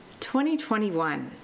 2021